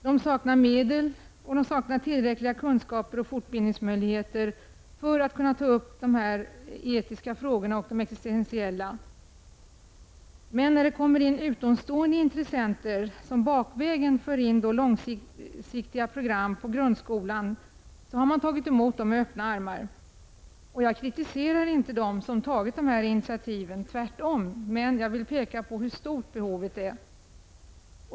De saknar medel, tillräckliga kunskaper och fortbildningsmöjligheter för att kunna ta upp existentiella och etiska frågor. Då utomstående intressenter bakvägen har infört långsiktiga program på grundskolan har man tagit emot dem med öppna armar. Jag kritiserar inte dem som har tagit dessa initiativ, tvärtom, men jag vill peka på hur stort behovet är.